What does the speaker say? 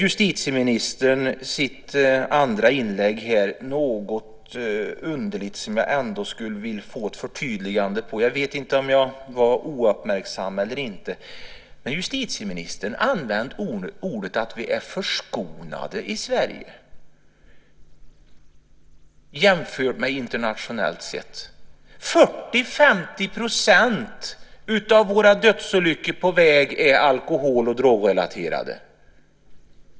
Justitieministern inledde sitt andra inlägg något underligt, och jag skulle vilja få ett förtydligande om det. Jag vet inte om jag var ouppmärksam eller inte, men justitieministern sade att vi i Sverige är "förskonade" internationellt sett. 40-50 % av våra dödsolyckor på väg är alkohol och drogrelaterade.